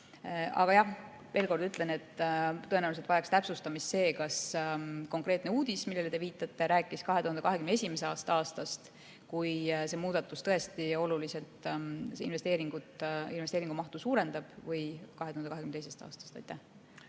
Aga jah, ma veel kord ütlen, et tõenäoliselt vajaks täpsustamist, kas konkreetne uudis, millele te viitasite, rääkis 2021. aastast, kui see muudatus tõesti oluliselt investeeringu mahtu suurendab, või 2022. aastast.